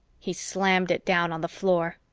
he slammed it down on the floor.